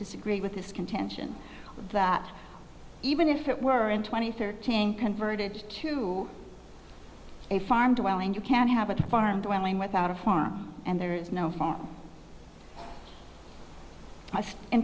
disagree with this contention that even if it were in two thousand and thirteen converted to a farm dwelling you can have a farm dwelling without a farm and there is no farm in